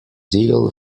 zeal